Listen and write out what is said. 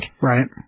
Right